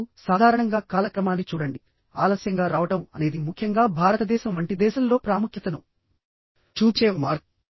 ఇప్పుడు సాధారణంగా కాలక్రమాన్ని చూడండి ఆలస్యంగా రావడం అనేది ముఖ్యంగా భారతదేశం వంటి దేశంలో ప్రాముఖ్యతను చూపించే ఒక మార్గం